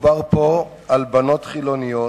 מדובר פה על בנות חילוניות,